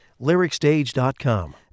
lyricstage.com